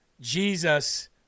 Jesus